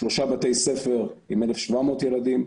שלושה בתי ספר עם 1,700 ילדים.